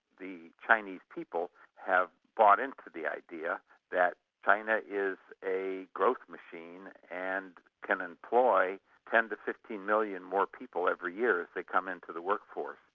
the chinese people have bought into the idea that china is a growth machine and can employ ten million to fifteen million more people every year as they come into the workforce.